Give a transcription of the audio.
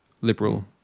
liberal